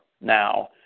now